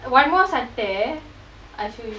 one more sattai I show you